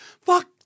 Fuck